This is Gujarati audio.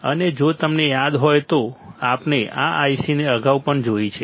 અને જો તમને યાદ હોય તો આપણે આ IC ને અગાઉ પણ જોઈ છે